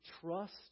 trust